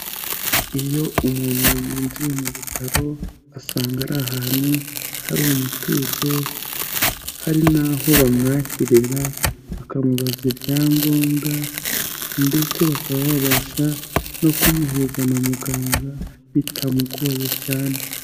Iyo umuntu yinjiye mu bitaro asanga ari ahantu hari umutuzo, hari n'aho bamwakirira bakamubaza ibyangombwa ndetse bakaba babasha no kumuhuza na muganga bitamugoye cyane.